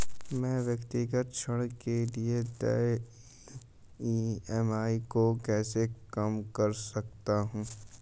मैं व्यक्तिगत ऋण के लिए देय ई.एम.आई को कैसे कम कर सकता हूँ?